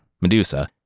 Medusa